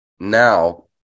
Now